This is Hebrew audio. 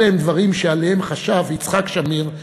אלה הם דברים שעליהם חשב יצחק שמיר,